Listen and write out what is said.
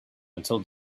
until